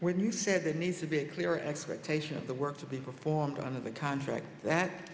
when you say there needs to be a clear expectation of the work to be performed on the contract that